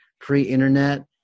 pre-internet